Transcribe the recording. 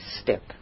step